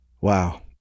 Wow